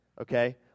okay